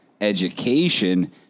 education